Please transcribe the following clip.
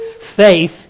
Faith